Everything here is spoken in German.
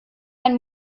ein